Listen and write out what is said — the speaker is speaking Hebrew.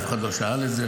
אף אחד לא שאל את זה.